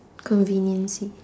conveniency